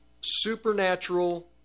supernatural